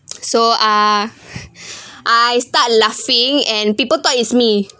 so uh I start laughing and people thought is me